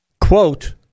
quote